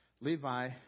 Levi